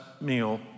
meal